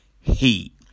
heat